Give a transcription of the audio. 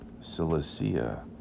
Cilicia